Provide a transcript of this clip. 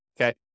okay